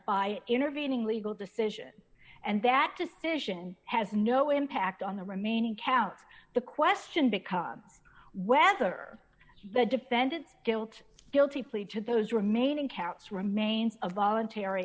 by intervening legal decision and that decision has no impact on the remaining counts the question because whether the defendant guilt guilty plea to those remaining counts remains a voluntary